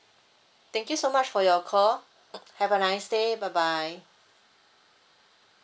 thank you so much for your call have a nice day bye bye